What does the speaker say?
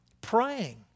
praying